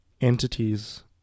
entities